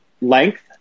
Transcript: length